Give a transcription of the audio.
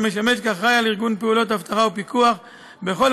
אשר משמש אחראי לארגון פעולות אבטחה ופיקוח בכל